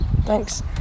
Thanks